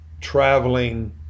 traveling